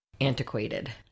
antiquated